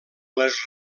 les